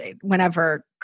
Whenever